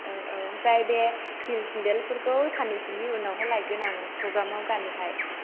औ औ ओमफ्राय बे हिल सेन्देलफोरखौ साननैसोनि उनावहाय लायगोन आं प्रग्रामाव गाननोहाय